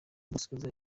gusoza